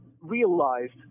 realized